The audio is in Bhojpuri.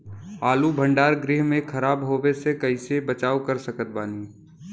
आलू भंडार गृह में खराब होवे से कइसे बचाव कर सकत बानी?